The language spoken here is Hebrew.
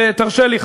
תרשה לי,